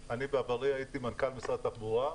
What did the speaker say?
אני בעברי הייתי מנכ"ל משרד התחבורה,